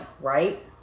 right